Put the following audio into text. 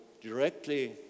directly